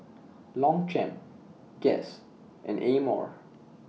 Longchamp Guess and Amore